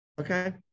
Okay